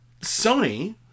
Sony